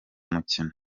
umukino